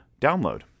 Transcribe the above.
download